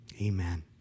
Amen